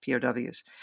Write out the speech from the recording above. POWs